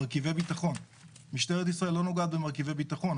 מרכיבי ביטחון - משטרת ישראל לא נוגעת במרכיבי ביטחון,